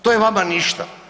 To je vama ništa.